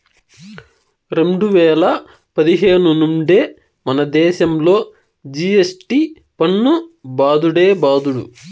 రెండు వేల పదిహేను నుండే మనదేశంలో జి.ఎస్.టి పన్ను బాదుడే బాదుడు